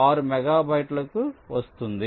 6 మెగాబైట్లకు వస్తుంది